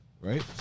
right